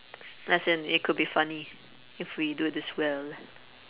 as in it could be funny if we do this well